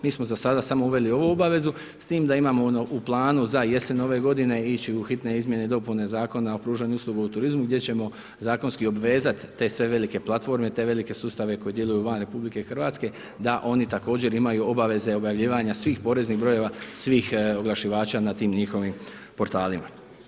Mi smo za sada samo uveli ovu obavezu, s tim da imamo u planu za jesen ove g. ići u hitne izmijene i dopune zakona o pružanju usluge o turizmu, gdje ćemo zakonski obvezati te sve velike platforme, te velike sustave, koji djeluju van RH, da oni također imaju obaveze objavljivanja svih poreznih brojeva, svih oglašivača na tim njihovim portalima.